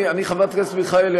חברת הכנסת מיכאלי,